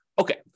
Okay